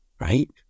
right